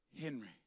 Henry